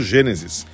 Gênesis